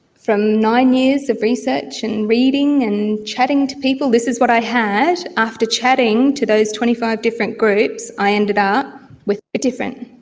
from nine years of research and reading and chatting to people, this is what i had after chatting to those twenty five different groups, i ended up with something different